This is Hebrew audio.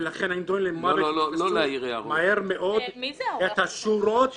ולכן הנידונים למוות יתפסו מהר מאוד את השורות